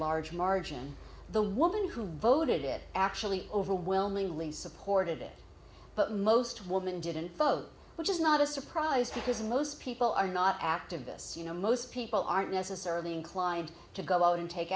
large margin the woman who voted it actually overwhelmingly supported it but most women didn't vote which is not a surprise because most people are not activists you know most people aren't necessarily inclined to go out and take